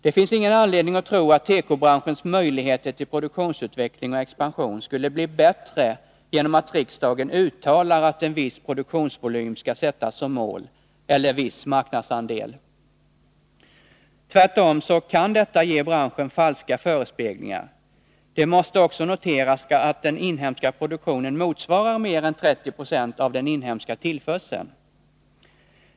Det finns ingen anledning att tro att tekobranschens möjligheter till produktionsutveckling och expansion skulle bli bättre genom att riksdagen uttalar att en viss produktionsvolym eller en viss marknadsandel skall sättas som mål. Tvärtom kan detta ge branschen falska förespeglingar. Det måste också noteras att den inhemska produktionen motsvarar mer än 30 920 av den inhemska tillförseln.